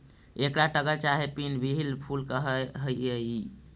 एकरा टगर चाहे पिन व्हील फूल कह हियई